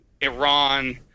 Iran